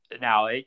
Now